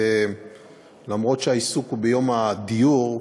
אף שהעיסוק הוא ביום הדיור,